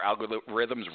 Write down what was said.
algorithms